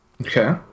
okay